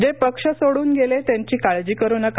जे पक्ष सोडून गेले त्यांची काळजी करू नका